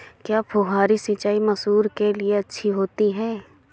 क्या फुहारी सिंचाई मसूर के लिए अच्छी होती है?